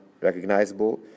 recognizable